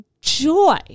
joy